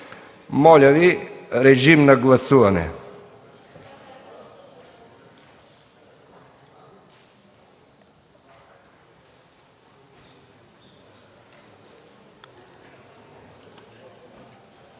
Моля режим на гласуване